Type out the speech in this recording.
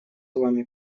вами